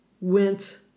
went